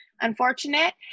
unfortunate